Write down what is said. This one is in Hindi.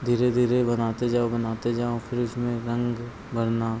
धीरे धीरे बनाते जाओ बनाते जाओ फिर उसमें रंग भरना